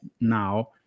now